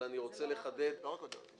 אבל אני רוצה לחדד --- זה לא רק הודעה.